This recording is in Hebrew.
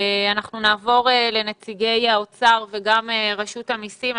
אנחנו נעבור לנציגי האוצר ורשות המסים.